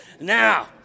Now